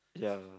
ya